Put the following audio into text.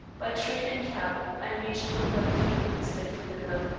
by train and cab i reached home but a few minutes late for dinner.